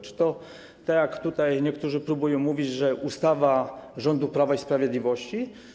Czy to - tak jak tutaj niektórzy próbują mówić - ustawa rządu Prawa i Sprawiedliwości?